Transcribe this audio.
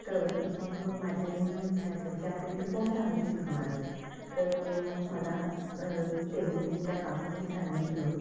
तर मग माझ्या आईनं विचारलं की आपल्या इथं कोण चांगलं शिकवणारं आहे तर मग मला त्यांनी त्या काकूंनी सांगितलं